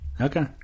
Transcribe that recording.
Okay